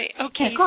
Okay